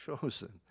chosen